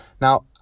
Now